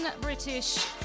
British